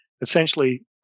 Essentially